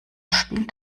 spielt